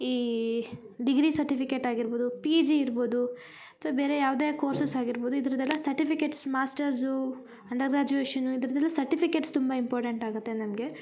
ಈ degree certificate ಆಗಿರ್ಬೋದು PG ಇರ್ಬೋದು ಅಥ್ವ ಬೇರೆ ಯಾವುದೇ ಕೋರ್ಸಸ್ ಆಗಿರ್ಬೋದು ಇದರದ್ದೆಲ್ಲ ಸರ್ಟಿಫಿಕೇಟ್ಸ್ ಮಾಸ್ಟರ್ಸೂ ಅಂಡರ್ ಗ್ರಾಜುಯೇಷನು ಇದರದ್ದೆಲ್ಲ ಸರ್ಟಿಫಿಕೇಟ್ಸ್ ತುಂಬ ಇಂಪಾರ್ಟೆಂಟ್ ಆಗತ್ತೆ ನಮಗೆ